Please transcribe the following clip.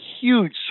huge